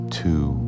two